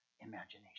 imagination